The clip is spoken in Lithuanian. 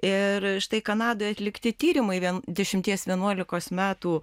ir štai kanadoj atlikti tyrimai dešimties vienuolikos metų